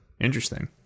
Interesting